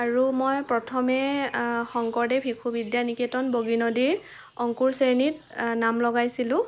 আৰু মই প্ৰথমে শংকৰদেৱ শিশু বিদ্যা নিকেতন বগীনদীৰ অংকুৰ শ্ৰেণীত নাম লগাইছিলোঁ